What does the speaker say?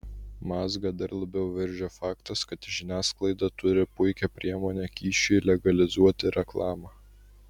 mazgą dar labiau veržia faktas kad žiniasklaida turi puikią priemonę kyšiui legalizuoti reklamą